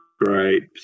grapes